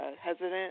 hesitant